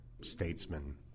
statesman